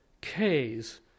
K's